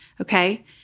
okay